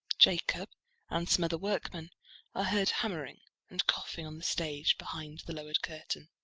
jacob and some other workmen are heard hammering and coughing on the stage behind the lowered curtain.